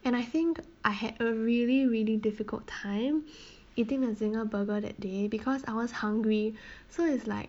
and I think I had a really really difficult time eating the zinger burger that day because I was hungry so it's like